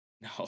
No